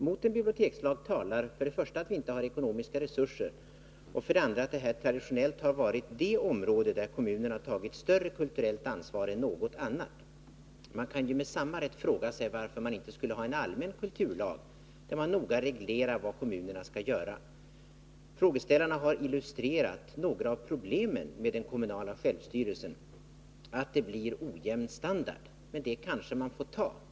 Mot en bibliotekslag talar för det första att vi inte har ekonomiska resurser och för det andra att detta traditionellt har varit ett område där kommunerna tagit större kulturellt ansvar än på något annat. Man kan med samma rätt fråga sig varför vi inte skulle ha en allmän kulturlag, där det noga reglerades vad kommunerna skall göra. Frågeställarna har illustrerat några av problemen med den kommunala självstyrelsen och framhållit att det blir en ojämn standard. Men det kanske man får ta.